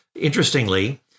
interestingly